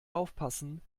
aufpassen